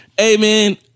Amen